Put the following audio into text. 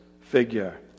figure